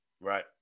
Right